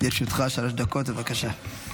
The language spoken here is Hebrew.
לרשותך שלוש דקות, בבקשה.